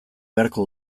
beharko